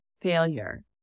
failure